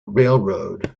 railroad